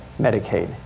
Medicaid